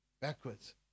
backwards